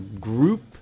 group